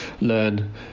learn